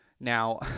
Now